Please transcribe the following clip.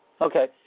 Okay